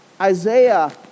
Isaiah